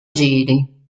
giri